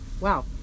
Wow